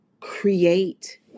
create